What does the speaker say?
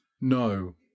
No